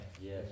Yes